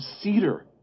cedar